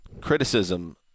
criticism